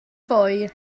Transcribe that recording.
fwy